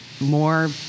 more